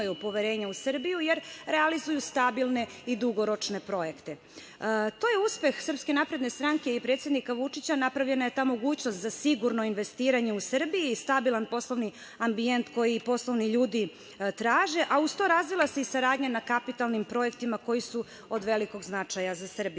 poverenja u Srbiju, jer realizuju stabilne i dugoročne projekte. To je uspeh SNS i predsednika Vučića. Napravljena je ta mogućnost za sigurno investiranje u Srbiji i stabilan poslovni ambijent, koji poslovni ljude traže, a uz to razvila se i saradnja na kapitalnim projektima koji su od velikog značaja za Srbiju.Za